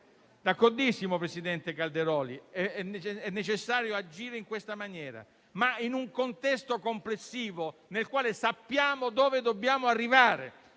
d'accordissimo che è necessario agire in questa maniera, ma in un contesto complessivo nel quale sappiamo dove dobbiamo arrivare.